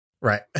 right